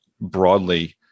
broadly